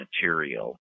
material